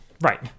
Right